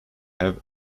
have